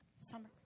summer